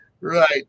right